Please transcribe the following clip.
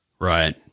Right